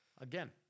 again